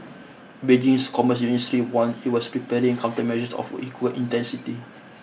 Beijing's commerce ministry warned it was preparing countermeasures of equal intensity